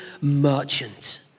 merchant